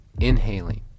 inhaling